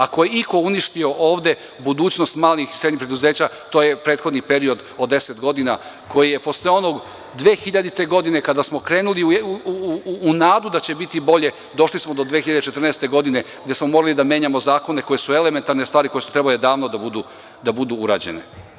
Ako je iko uništio ovde budućnost malih i srednjih preduzeća to je prethodni period od deset godina koji je posle 2000. godine, kada smo krenuli u nadu da će biti bolje, došli smo do 2014. godine gde smo morali da menjamo zakone koji su elementarne stvari, koje su odavno trebalo da budu urađene.